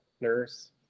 nurse